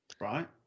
Right